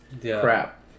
crap